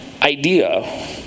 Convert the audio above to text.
idea